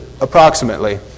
Approximately